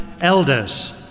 elders